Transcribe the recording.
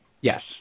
Yes